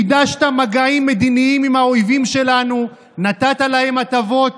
חידשת מגעים מדיניים עם האויבים שלנו ונתת להם הטבות,